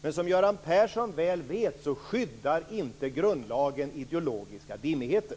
Men som bekant skyddar grundlagen inte ideologiska dimmigheter.